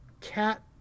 cat